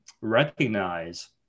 recognize